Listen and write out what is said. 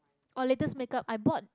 oh latest make up I bought